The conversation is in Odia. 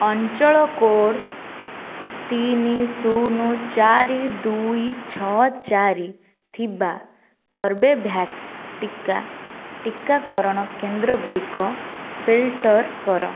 ଅଞ୍ଚଳ କୋଡ଼୍ ତିନି ଶୂନ ଚାରି ଦୁଇ ଛଅ ଚାରି ଥିବା କର୍ବେଭ୍ୟାକ୍ସ ଟିକା ଟିକାକରଣ କେନ୍ଦ୍ର ଗୁଡ଼ିକ ଫିଲଟର୍ କର